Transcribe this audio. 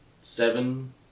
seven